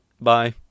bye